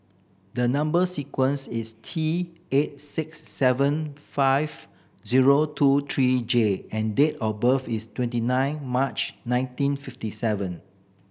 number sequence is T eight six seven five zero two three J and date of birth is twenty nine March nineteen fifty seven